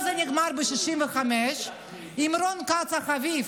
שירי, ושני חביבים,